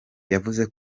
yavuze